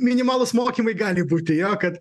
minimalūs mokymai gali būti jo kad